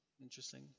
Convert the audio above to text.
Interesting